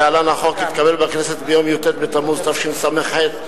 התקבל בכנסת ביום י"ט בתמוז התשס"ח,